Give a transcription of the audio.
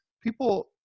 People